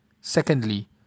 Secondly